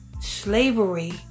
slavery